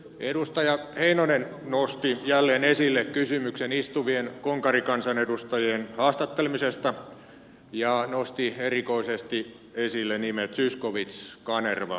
edustaja heinonen nosti jälleen esille kysymyksen istuvien konkarikansanedustajien haastattelemisesta ja nosti erikoisesti esille nimet zyskowicz kanerva ja tuomioja